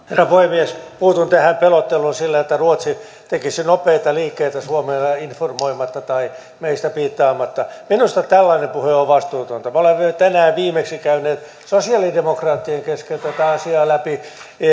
herra puhemies puutun tähän pelotteluun siitä että ruotsi tekisi nopeita liikkeitä suomea informoimatta tai meistä piittaamatta minusta tällainen puhe on vastuutonta me olemme tänään viimeksi käyneet sosialidemokraattien kesken tätä asiaa läpi